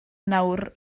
nawr